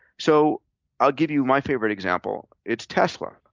so i'll give you my favorite example. it's tesla,